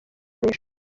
ishuri